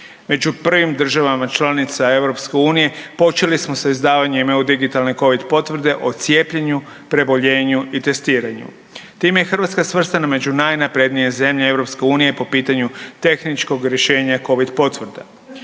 Među prvim državama članicama EU-a počeli smo sa izdavanjem EU digitalne COVID potvrde o cijepljenju, preboljenju i testiranju. Time je Hrvatska svrstana među najnaprednije zemlje EU-a po pitanju tehničkog rješenja COVID potvrde.